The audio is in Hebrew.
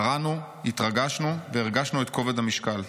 "קראנו, התרגשנו, והרגשנו את כובד המשקל.